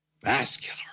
Vascular